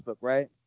right